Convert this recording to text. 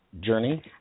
journey